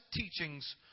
teachings